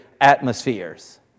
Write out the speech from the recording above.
atmospheres